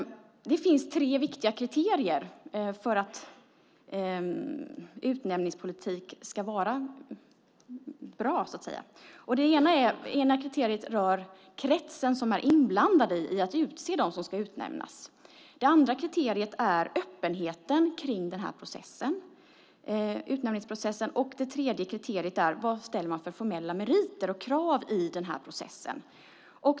Det finns tre viktiga kriterier för att utnämningspolitik ska vara bra, så att säga. Det första kriteriet rör den krets som är inblandad när det gäller att utse dem som ska utnämnas. Det andra kriteriet rör öppenheten kring utnämningsprocessen. Och det tredje kriteriet gäller vad man sätter upp för formella meriter och krav i den här processen.